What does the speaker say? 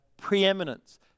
preeminence